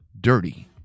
Dirty